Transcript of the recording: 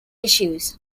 issues